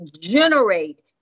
generate